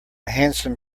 handsome